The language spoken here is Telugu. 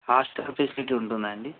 hostel facility ఉంటుందాండి